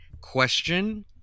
question